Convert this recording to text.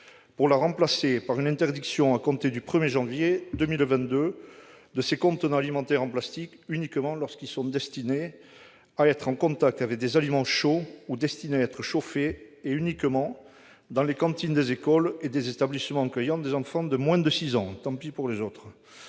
et à la remplacer par une interdiction à compter du 1 janvier 2022 des contenants alimentaires en plastique, uniquement lorsqu'ils sont destinés à être en contact avec des aliments chauds ou devant être chauffés et exclusivement dans les cantines des écoles et des établissements accueillants des enfants de moins de six ans. Tant pis pour les autres